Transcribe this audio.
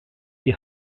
die